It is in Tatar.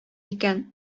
икән